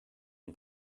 une